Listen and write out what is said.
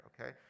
okay